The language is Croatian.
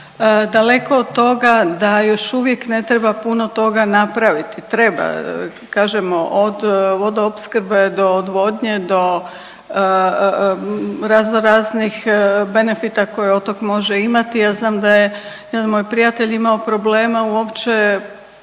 Daleko od toga da još uvijek ne treba puno toga napraviti, treba, kažemo od vodoopskrbe do odvodnje do raznoraznih benefita koje otok može imati. Ja znam da je jedan moj prijatelj imao problema uopće